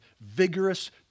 vigorous